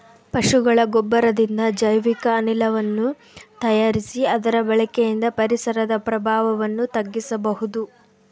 ಪಶುಗಳ ಗೊಬ್ಬರದಿಂದ ಜೈವಿಕ ಅನಿಲವನ್ನು ತಯಾರಿಸಿ ಅದರ ಬಳಕೆಯಿಂದ ಪರಿಸರದ ಪ್ರಭಾವವನ್ನು ತಗ್ಗಿಸಬಹುದು